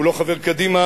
הוא לא חבר קדימה,